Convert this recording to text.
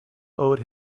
owed